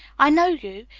i know you!